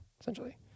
essentially